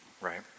Right